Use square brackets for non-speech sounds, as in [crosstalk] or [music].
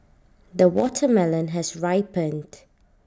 the [noise] watermelon has ripened